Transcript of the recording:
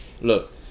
Look